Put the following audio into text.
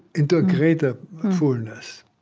into a greater fullness